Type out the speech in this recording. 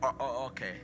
Okay